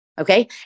Okay